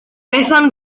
bethan